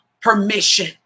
permission